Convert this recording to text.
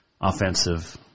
offensive